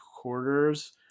quarters